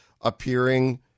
appearing